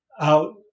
out